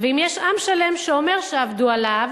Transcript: ואם יש עם שלם שאומר שעבדו עליו,